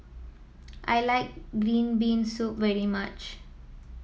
I like Green Bean Soup very much